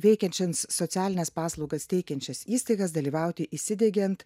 veikiančias socialines paslaugas teikiančias įstaigas dalyvauti įsidiegiant